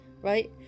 Right